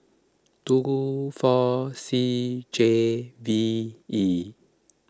two four C J V E